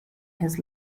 his